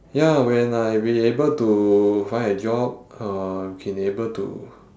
ya when I be able to find a job uh we can able to